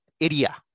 area